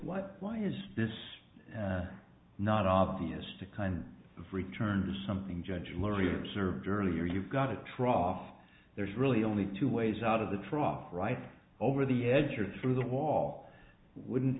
what why is this not obvious to kind of return to something judge learned observed earlier you've got a trough there's really only two ways out of the trough right over the edge or through the wall wouldn't